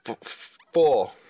four